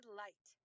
light